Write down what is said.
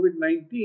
COVID-19